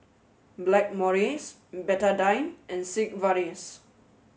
Blackmores Betadine and Sigvaris